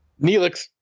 Neelix